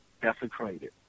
desecrated